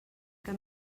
que